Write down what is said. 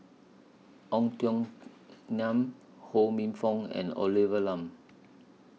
Ong Tiong Khiam Ho Minfong and Olivia Lum